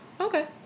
Okay